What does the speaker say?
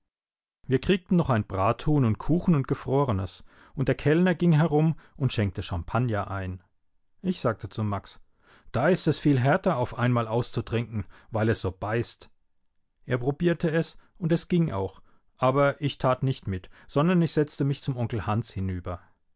wir kriegten noch ein brathuhn und kuchen und gefrorenes und der kellner ging herum und schenkte champagner ein ich sagte zum max da ist es viel härter auf einmal auszutrinken weil es so beißt er probierte es und es ging auch aber ich tat nicht mit sondern ich setzte mich zum onkel hans hinüber